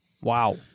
Wow